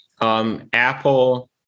Apple